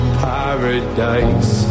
paradise